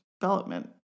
development